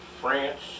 France